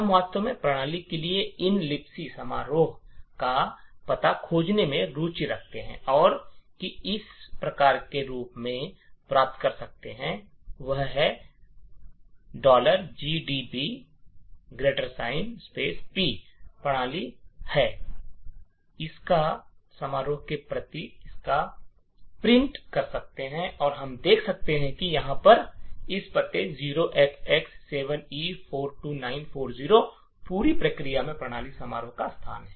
हम वास्तव में प्रणाली के लिए इन लिबसी function का पता खोजने में रुचि रखते है और है कि हम इस प्रकार के रूप में प्राप्त कर सकते हैं हम एक gdb p प्रणाली है कि प्रणाली function के पते प्रिंट कर सकते है और हम देखते है कि यहां पर इस पते 0XX7E42940 पूरी प्रक्रिया में प्रणाली function का स्थान है